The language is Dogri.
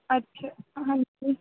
अच्छा हां जी